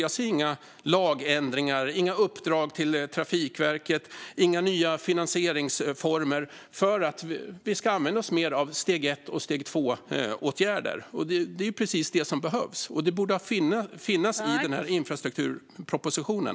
Jag ser inga lagändringar, inga uppdrag till Trafikverket och inga nya finansieringsformer för att vi ska kunna använda oss mer av steg ett-åtgärder och steg två-åtgärder. Det är precis det som behövs, och det borde finnas i infrastrukturpropositionen.